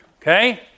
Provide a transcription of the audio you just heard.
Okay